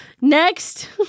Next